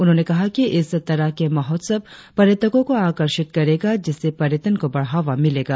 उन्होंने कहा कि इस तरह के महोत्सव पर्यटकों को आकर्षिक करेगा जिससे पर्यटन को बढ़ावा मिलेगा